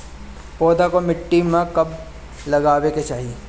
पौधे को मिट्टी में कब लगावे के चाही?